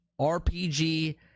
RPG